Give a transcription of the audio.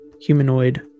humanoid